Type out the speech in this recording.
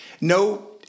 No